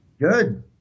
Good